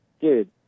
dude